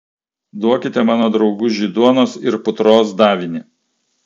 duokite mano draugužiui duonos ir putros davinį